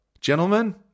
gentlemen